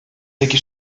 peki